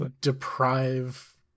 deprive